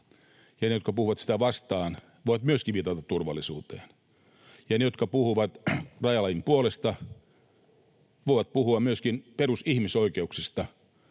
ja ne, jotka puhuvat sitä vastaan, voivat myöskin viitata turvallisuuteen. Ja ne, jotka puhuvat rajalain puolesta, voivat puhua myöskin perusihmisoikeuksista,